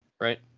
right